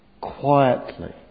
quietly